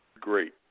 Great